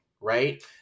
right